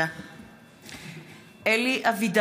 (קוראת בשמות חברי הכנסת) אלי אבידר,